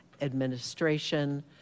administration